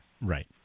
Right